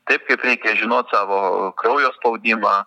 taip kaip reikia žinot savo kraujo spaudimą